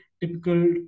Typical